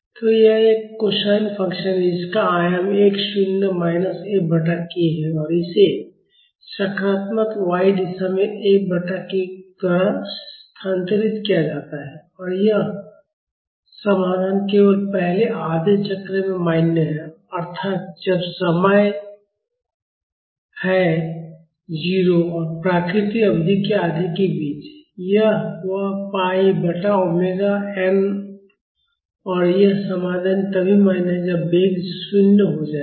तो यह एक कोसाइन फ़ंक्शन है जिसका आयाम x शून्य माइनस F बटा k है और इसे सकारात्मक y दिशा में F बटा k द्वारा स्थानांतरित किया जाता है और यह समाधान केवल पहले आधे चक्र में मान्य है अर्थात जब समय है 0 और प्राकृतिक अवधि के आधे के बीच वह है पाई बटा ओमेगा एन ωn और यह समाधान तभी मान्य है जब वेग 0 हो जाएगा